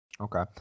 Okay